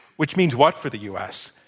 which means what for the u. s?